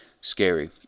scary